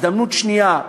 הזדמנות שנייה.